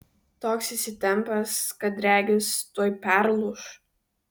toks įsitempęs kad regis tuoj perlūš